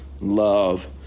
love